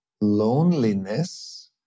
loneliness